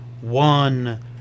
one